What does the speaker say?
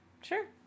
Sure